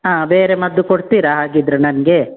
ಹಾಂ ಬೇರೆ ಮದ್ದು ಕೊಡ್ತೀರಾ ಹಾಗಿದ್ದರೆ ನನಗೆ